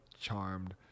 Charmed